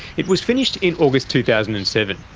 it was finished in august two thousand and seven.